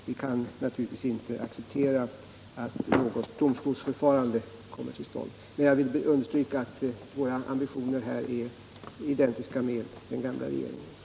Vi kan naturligtvis inte använda något = investeringar domstolsförfarande, men jag vill understryka att våra ambitioner här är identiska med den gamla regeringens.